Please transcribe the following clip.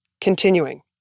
continuing